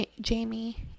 Jamie